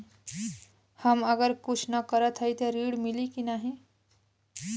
हम अगर कुछ न करत हई त ऋण मिली कि ना?